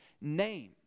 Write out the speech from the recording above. name